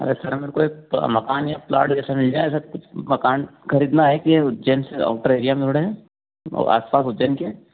अरे सर मेरे को एक मकान या प्लॉट जैसा मिल जाए सर कुछ मकान ख़रीदना है कि उज्जैन से आउटर एरिया में उड़े हैं और आस पास उज्जैन के